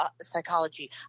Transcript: psychology